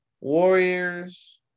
Warriors